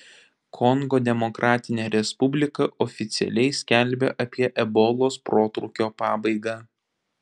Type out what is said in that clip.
kongo demokratinė respublika oficialiai skelbia apie ebolos protrūkio pabaigą